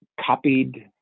copied